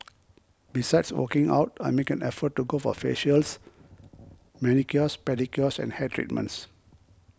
besides working out I make an effort to go for facials manicures pedicures and hair treatments